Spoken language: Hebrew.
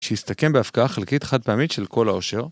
שיסתכם בהפקעה חלקית חד פעמית של כל האושר